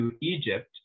Egypt